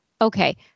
okay